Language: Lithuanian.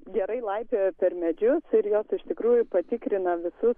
gerai laipioja per medžius ir jos iš tikrųjų patikrina visus